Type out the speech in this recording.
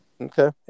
Okay